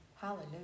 Hallelujah